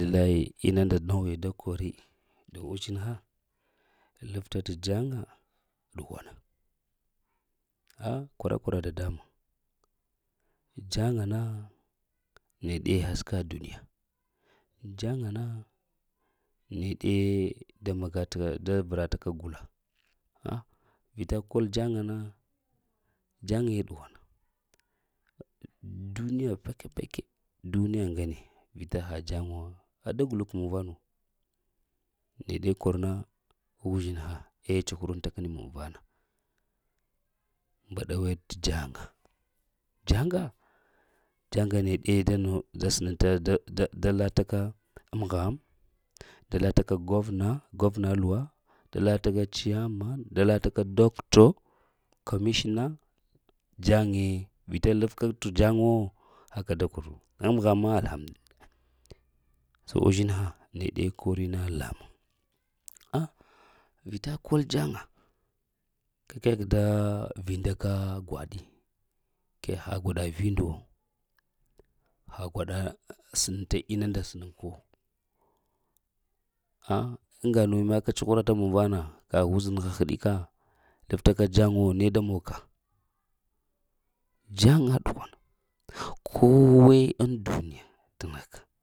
Wallahi inunda noghi da kori nda uzhina labta da jaŋa ɗughwana. A' kwara-kwara dadambuŋ-jaŋa na nede haska duniya. Jaŋa na nede haska duniya. Jaŋa na neɗe da magata ka da vra ta ka gula. A vita kol jaŋa, jaɗe ɗughwana duniya fake-fake, duniya ngane vita ha jaɗu wo ha da guluk muvanu wo neɗe korna uzhinha eh cuhura ta kini munvana, mbaɗa weɗ t jaŋa, "jaŋa" jaŋa neɗe da noɗ da sənen ta ka da-da lata ka mham, da lataka gwamna govna luwa, da lafaka ciyaman, da lafaka dokto, komishina, jaŋe vita lefka t jano wo, haka da koru, mham ma alhamdulillah, so uzhinha ne ɗe korina lamuŋ a' vita kol jaŋa ka kegh da vinda ka gwaɗi, kegh ha gwaɗa vindu wo, ha gwaɗa sənentat nunda sənənku a' iya nuwe maka cughurata muŋ vana kaha uzhinha heɗika lebtaka jaŋa wo ne da monka jaŋa ɗughwana kowe aŋ duniya t nehka